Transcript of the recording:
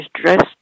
dressed